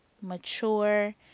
mature